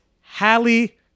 Halle